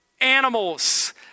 animals